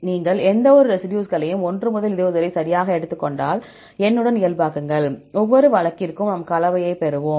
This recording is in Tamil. நீங்கள் ஒவ்வொரு ரெசிடியூஸ்களையும் 1 முதல் 20 வரை சரியாக எடுத்துக் கொண்டால் n உடன் இயல்பாக்குங்கள் ஒவ்வொரு வழக்கிற்கும் நாம் கலவை பெறுவோம்